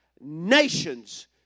nations